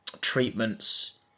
treatments